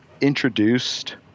introduced